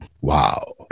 Wow